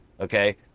Okay